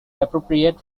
appropriate